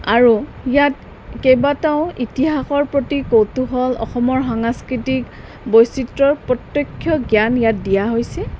আৰু ইয়াত কেইবাটাও ইতিহাসৰ প্ৰতি কৌতূহল অসমৰ সাংস্কৃতিক বৈচিত্ৰৰ প্ৰত্যক্ষ জ্ঞান ইয়াত দিয়া হৈছে